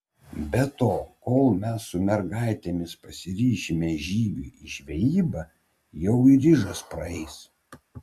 be to kol mes su mergaitėmis pasiryšime žygiui į žvejybą jau ir ižas pareis